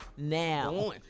Now